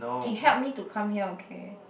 it help me to come here okay